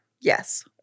Yes